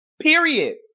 Period